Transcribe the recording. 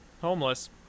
homeless